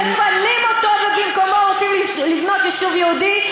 מפנים אותו ובמקומו רוצים לבנות יישוב יהודי?